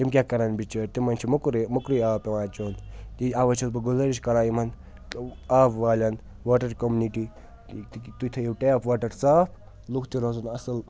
تِم کیٛاہ کَرَن بِچٲرۍ تِمَن چھِ موٚکُرٕے موٚکُرٕے آب پٮ۪وان چیوٚن تی اَوَے چھُس بہٕ گُزٲرِش کَران یِمَن آب والٮ۪ن واٹَر کوٚمنِٹی تُہۍ تھٲیِو ٹیپ واٹَر صاف لُکھ تہِ روزَن اَصٕل